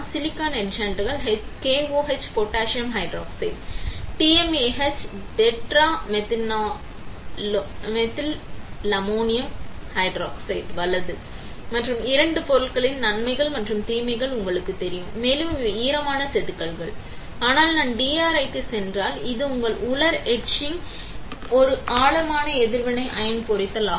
silicon etchants KOH potassium hydroxide TMAH tetramethylammonium hydroxide வலது மற்றும் இரண்டு பொருட்களின் நன்மைகள் மற்றும் தீமைகள் உங்களுக்குத் தெரியும் மேலும் இவை ஈரமான செதுக்கல் ஆனால் நான் DRI க்கு சென்றால் இது உங்கள் உலர் எச்சிங் ஒரு ஆழமான எதிர்வினை அயன் பொறித்தல் ஆகும்